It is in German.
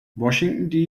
washington